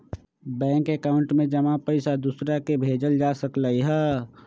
bank account में जमा पईसा दूसरा के भेजल जा सकलई ह